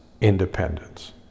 independence